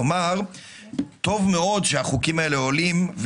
כלומר טוב מאוד שהחוקים האלה עולים,